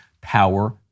power